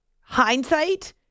hindsight